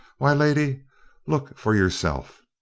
why, lady look for yourself!